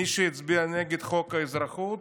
מי שהצביעו נגד חוק האזרחות